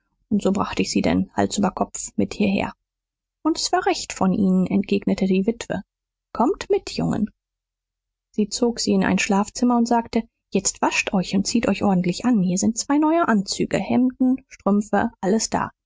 und huck so bracht ich sie denn hals über kopf mit hierher und s war recht von ihnen entgegnete die witwe kommt mit jungen sie zog sie in ein schlafzimmer und sagte jetzt wascht euch und zieht euch ordentlich an hier sind zwei neue anzüge hemden strümpfe alles da